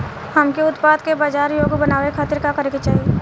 हमके उत्पाद के बाजार योग्य बनावे खातिर का करे के चाहीं?